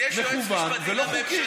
אז יש יועץ משפטי לממשלה.